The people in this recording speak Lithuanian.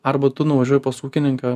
arba tu nuvažiuoji pas ūkininką